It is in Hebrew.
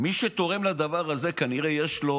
מי שתורם לדבר הזה, כנראה יש לו